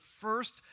first